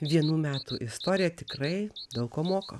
vienų metų istorija tikrai daug ko moko